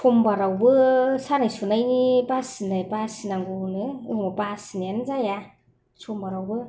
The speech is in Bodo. समबारावबो सानाय सुनायनि बासिनो बासिनांगौ होनो अबाव बासिनायानो जाया समबारावबो